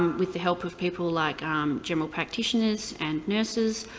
with the help of people like um general practitioners and nurses,